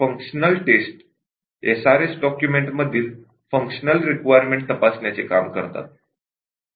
functional tests SRS डॉक्युमेंटमधील functional requirement तपासण्याचे काम करतात